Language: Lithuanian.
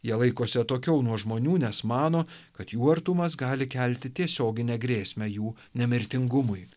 jie laikosi atokiau nuo žmonių nes mano kad jų artumas gali kelti tiesioginę grėsmę jų nemirtingumui